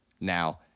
now